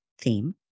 theme